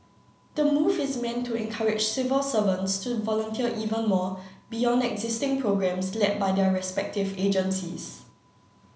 the move is meant to encourage civil servants to volunteer even more beyond existing programmes led by their respective agencies